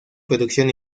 producción